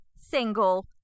single